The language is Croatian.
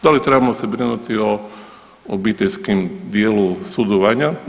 Da li trebamo se brinuti o obiteljskom dijelu sudovanja?